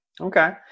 Okay